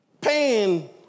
pain